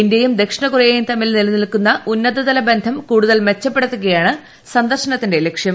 ഇന്ത്യയും ദക്ഷിണകൊറിയയും തമ്മിൽ നിലനിൽക്കുന്ന ഉന്നത തല ബന്ധം കൂടുതൽ മെച്ചപ്പെടുത്തുകയാണ് സന്ദർശനത്തിന്റെ ലക്ഷ്യം